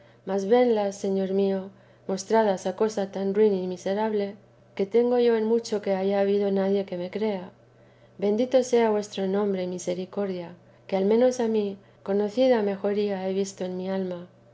mas venias señor mío mostradas a cosa tan ruin y miserable que tengo yo en mucho que haya habido nadie que me crea bendito sea vuestro nombre y misericordia que a lo menos yo conocida mejoría he visto en mi alma